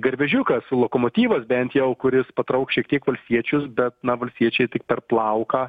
garvežiukas lokomotyvas bent jau kuris patrauks šiek tiek valstiečius bet na valstiečiai tik per plauką